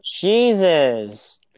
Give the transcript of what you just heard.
Jesus